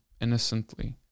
innocently